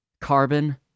carbon